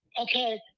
Okay